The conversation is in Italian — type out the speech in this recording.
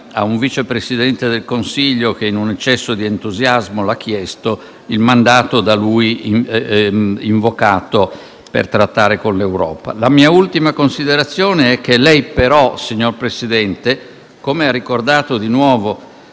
a un Vice Presidente del Consiglio, che in un eccesso di entusiasmo l'ha invocato, il mandato per trattare con l'Europa. La mia ultima considerazione è che lei però, signor Presidente del Consiglio - come ha ricordato di nuovo